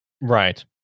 right